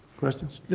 questions?